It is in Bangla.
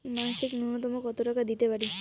মাসিক নূন্যতম কত টাকা দিতে পারি?